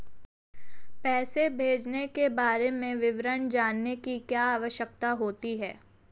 पैसे भेजने के बारे में विवरण जानने की क्या आवश्यकता होती है?